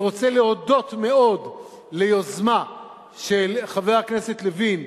אני רוצה להודות מאוד על היוזמה של חבר הכנסת לוין,